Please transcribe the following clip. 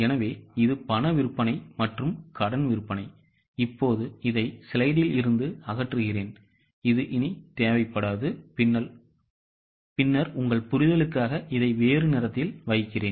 எனவே இது பண விற்பனை மற்றும் கடன் விற்பனை இப்போது இதை ஸ்லைடில் இருந்து அகற்றுவேன்இது இனி தேவையில்லை பின்னர் உங்கள் புரிதலுக்காக இதை வேறு நிறத்தில் வைப்பேன்